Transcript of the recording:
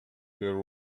there